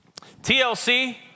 TLC